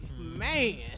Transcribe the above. Man